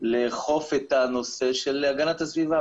לאכוף את הנושא של הגנת הסביבה,